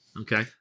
Okay